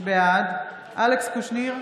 בעד אלכס קושניר,